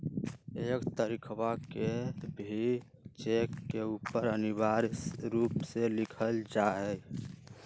एक तारीखवा के भी चेक के ऊपर अनिवार्य रूप से लिखल जाहई